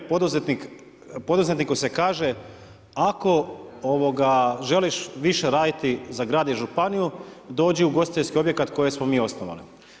Poduzetniku se kaže ako želiš više raditi za grad i županiju dođi u ugostiteljski objekat koje smo mi osnovali.